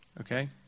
Okay